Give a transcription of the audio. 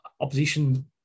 opposition